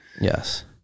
Yes